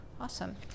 Awesome